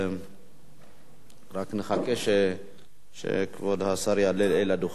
נחכה שכבוד השר יעלה אל הדוכן.